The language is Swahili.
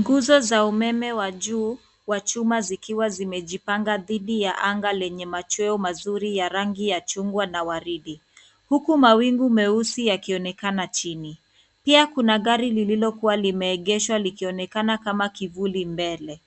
Nguzo za umeme wa juu wa chuma zikiwa zimejipanga dhidi ya anga lenye machweo mazuri ya rangi ya chungwa na waridi huku mawingu meusi yakionekana chini. Pia kuna gari lililokuwa limeegeshwa likionekana kama kivuli mbele.